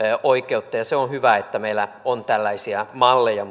se on hyvä että meillä on tällaisia malleja